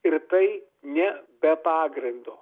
ir tai ne be pagrindo